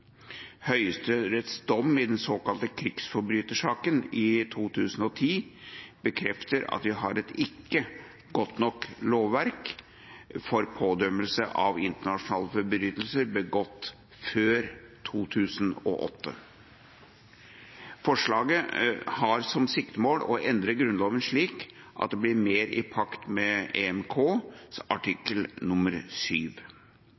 Høyesteretts dom i den såkalte krigsforbrytersaken i 2010 bekrefter at vi ikke har et godt nok lovverk for pådømmelse av internasjonale forbrytelser begått før 2008. Forslaget har som siktemål å endre Grunnloven slik at den blir mer i pakt med EMKs – Den europeiske menneskerettighetskonvensjonen – artikkel